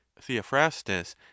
theophrastus